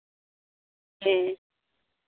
ᱦᱮᱸ